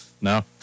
No